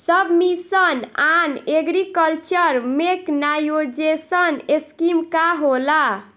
सब mission on agriculture mechanisation scheme का होला?